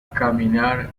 caminar